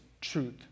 truth